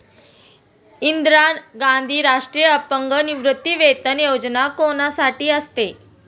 इंदिरा गांधी राष्ट्रीय अपंग निवृत्तीवेतन योजना कोणासाठी असते?